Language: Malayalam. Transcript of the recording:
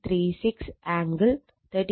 36 ആംഗിൾ 13